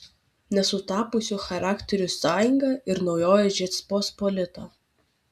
nesutapusių charakterių sąjunga ir naujoji žečpospolita